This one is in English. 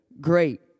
great